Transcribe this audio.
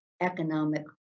economic